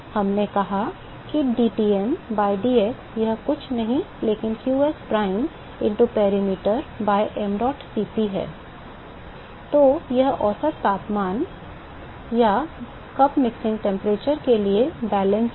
हमने कहा कि dTm by dx यह कुछ नहीं लेकिन qsprime into perimeter by mdot Cp है तो यह औसत तापमान या कप मिश्रण तापमान के लिए संतुलन है